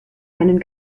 einen